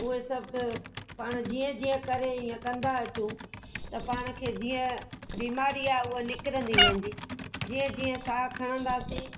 उहे सभु पाण जीअं जीअं करे ईअं कंदा अचूं त पाण खे जीअं बीमारी आहे उहो निकिरींदी वेंदी जीअं जीअं साह खणंदासीं